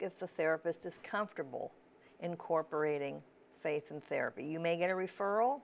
if the therapist is comfortable incorporating faith and therapy you may get a referral